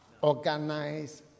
organize